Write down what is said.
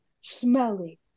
smelly